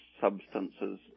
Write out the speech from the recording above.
substances